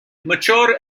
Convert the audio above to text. mature